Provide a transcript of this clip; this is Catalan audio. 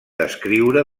descriure